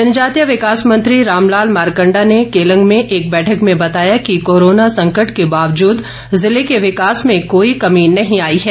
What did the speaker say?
जनजातीय विकास मंत्री रामलाल मारकंडा ने केलंग में एक बैठक में बताया कि कोरोना संकट के बावजूद जिले के विकास में कोई कमी नहीं आई है